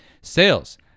Sales